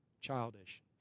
childish